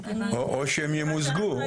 או שהם ימוזגו?